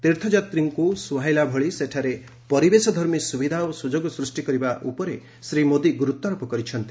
ତୀର୍ଥଯାତ୍ରୀଙ୍କୁ ସୁହାଇଲା ଭଳି ସେଠାରେ ପରିବେଶଧର୍ମୀ ସୁବିଧା ଓ ସୁଯୋଗ ସୂଷ୍ଟି କରିବା ଉପରେ ଶ୍ରୀ ମୋଦି ଗୁରୁତ୍ୱାରୋପ କରିଛନ୍ତି